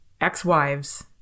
ex-wives